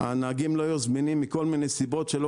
הנהגים לא היו זמינים מכל מיני סיבות שלא